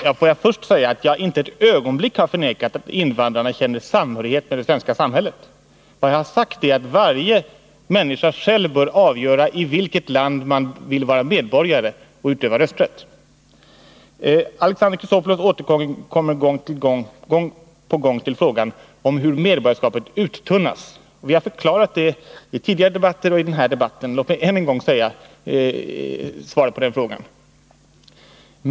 Herr talman! Får jag säga att jag inte ett ögonblick har förnekat att invandrarna känner samhörighet med det svenska samhället. Vad jag sagt är att varje människa själv bör avgöra i vilket land han eller hon vill vara medborgare och utöva rösträtt. Alexander Chrisopoulos återkommer gång på gång till frågan om hur medborgarskapet uttunnas. Jag har förklarat det i tidigare debatter och i den här debatten. Låt mig än en gång svara på frågan.